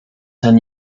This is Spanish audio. han